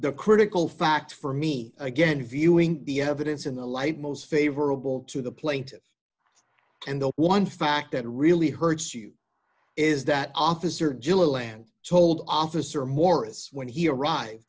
the critical fact for me again viewing the evidence in the light most favorable to the plate and the one fact that really hurts you is that officer jila land told officer morris when he arrived